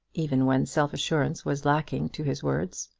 even when self-assurance was lacking to his words.